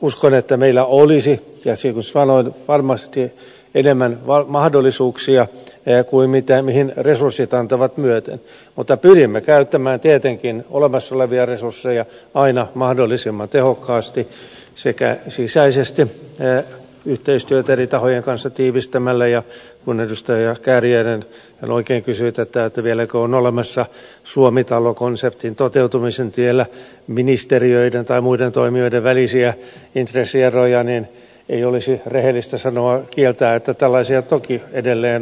uskon että meillä olisi niin kuin sanoin varmasti enemmän mahdollisuuksia kuin mihin resurssit antavat myöten mutta pyrimme käyttämään tietenkin olemassa olevia resursseja aina mahdollisimman tehokkaasti sisäisesti yhteistyötä eri tahojen kanssa tiivistämällä ja kun edustaja kääriäinen oikein kysyi tätä vieläkö on olemassa suomi talo konseptin toteutumisen tiellä ministeriöiden tai muiden toimijoiden välisiä intressieroja niin ei olisi rehellistä kieltää etteikö tällaisia toki edelleen olisi